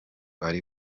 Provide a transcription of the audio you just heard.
ari